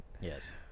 Yes